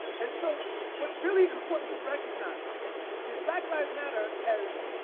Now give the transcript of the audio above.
and so what's really important to recognize is black lives matter has